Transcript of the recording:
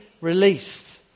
released